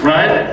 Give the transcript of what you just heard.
Right